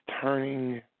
turning